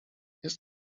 jest